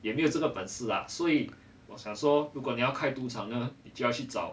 也没有这个本事啦所以我想说如果你要开赌场的你真的要去找